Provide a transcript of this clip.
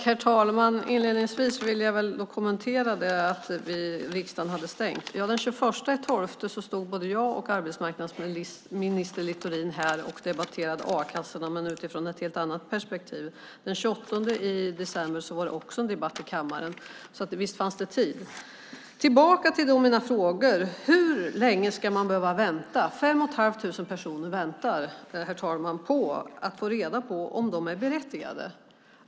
Herr talman! Inledningsvis vill jag kommentera detta att riksdagen hade stängt. Den 21 december stod både jag och arbetsmarknadsminister Littorin här och debatterade a-kassorna, men utifrån ett helt annat perspektiv. Den 28 december var det också en debatt i kammaren, så visst fanns det tid. Tillbaka till mina frågor: Hur länge ska man behöva vänta? Fem och ett halvt tusen personer väntar, herr talman, på att få reda på om de är berättigade.